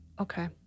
Okay